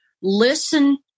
listen